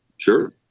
sure